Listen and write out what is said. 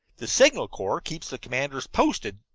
the signal corps keeps the commanders posted,